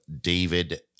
David